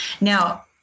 Now